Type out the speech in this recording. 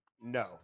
no